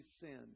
sinned